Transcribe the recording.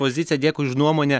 poziciją dėkui už nuomonę